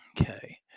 Okay